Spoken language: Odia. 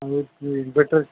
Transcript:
ଆଉ ସିଏ ଇନ୍ଭର୍ଟର୍